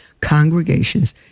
Congregations